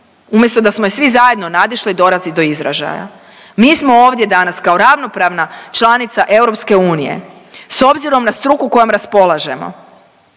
umjesto da smo je svi zajedno nadišli dolazi do izražaja. Mi smo ovdje danas kao ravnopravna članica EU s obzirom na struku kojom raspolažemo,